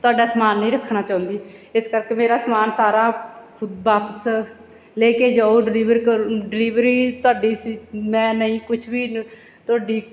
ਤੁਹਾਡਾ ਸਮਾਨ ਨਹੀਂ ਰੱਖਣਾ ਚਾਹੁੰਦੀ ਇਸ ਕਰਕੇ ਮੇਰਾ ਸਮਾਨ ਸਾਰਾ ਖੁ ਵਾਪਿਸ ਲੇ ਕੇ ਜਾਓ ਡਲੀਵਰ ਕਰ ਡਲੀਵਰੀ ਤੁਹਾਡੀ ਮੈਂ ਨਹੀਂ ਕੁਛ ਵੀ ਤੁਹਾਡੀ